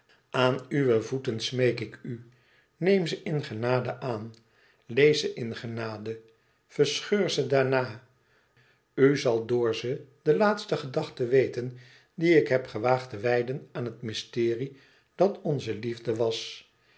aan uwe voeten smeek ik u neem ze in genade aan lees ze in genade verscheur ze daarna u zal door ze de laatste gedachte weten die ik heb gewaagd te wijden aan het mysterie dat onze liefde was